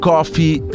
Coffee